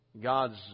God's